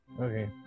Okay